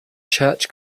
church